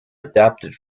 adapted